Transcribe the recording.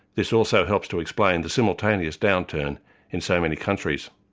this also helps to explain the simultaneous downturn in so many countries.